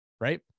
right